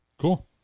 Cool